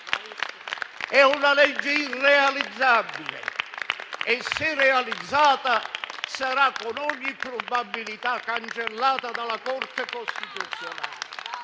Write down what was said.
È una legge irrealizzabile e, se realizzata, sarà con ogni probabilità cancellata dalla Corte costituzionale.